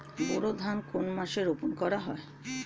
বোরো ধান কোন মাসে রোপণ করা হয়?